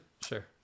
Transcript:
Sure